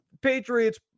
Patriots